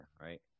right